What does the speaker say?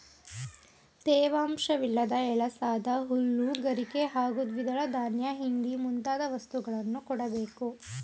ತೇವಾಂಶವಿಲ್ಲದ ಎಳಸಾದ ಹುಲ್ಲು ಗರಿಕೆ ಹಾಗೂ ದ್ವಿದಳ ಧಾನ್ಯ ಹಿಂಡಿ ಮುಂತಾದ ವಸ್ತುಗಳನ್ನು ಕೊಡ್ಬೇಕು